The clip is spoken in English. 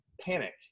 panic